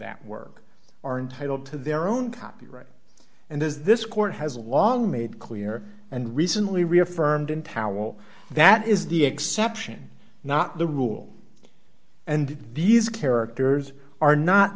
that work are entitled to their own copyright and there's this court has long made clear and recently reaffirmed in towel that is the exception not the rule and these characters are not